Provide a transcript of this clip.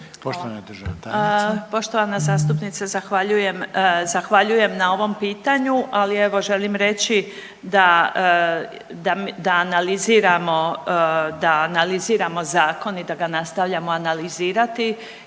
Poštovana zastupnice zahvaljujem na ovom pitanju, ali evo želim reći da analiziramo zakon i da ga nastavljamo analizirati